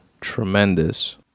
tremendous